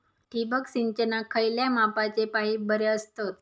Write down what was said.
ठिबक सिंचनाक खयल्या मापाचे पाईप बरे असतत?